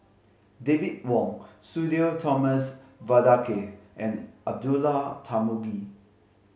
David Wong Sudhir Thomas Vadaketh and Abdullah Tarmugi